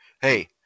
hey